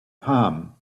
palm